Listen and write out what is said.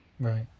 Right